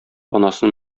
анасын